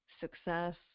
success